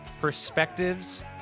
perspectives